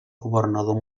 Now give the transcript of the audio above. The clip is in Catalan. governador